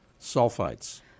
Sulfites